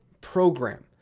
program